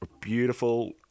Beautiful